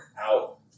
out